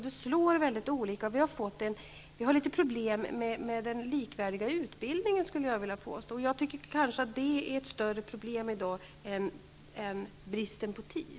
Det slår alltså mycket olika, och jag skulle vilja påstå att vi har fått litet problem med den likvärdiga utbildningen. Jag tycker kanske att det i dag är ett större problem än bristen på tid.